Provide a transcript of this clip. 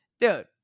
Dude